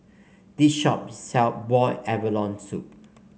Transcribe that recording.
this shop sell Boiled Abalone Soup